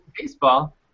baseball